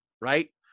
Right